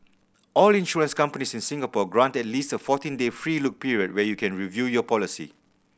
all insurance companies in Singapore grant at least a fourteen day free look period where you can review your policy